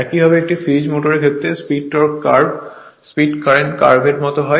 একইভাবে একটি সিরিজ মোটরের ক্ষেত্রে speed torque curve speed current কার্ভেরমতো হয়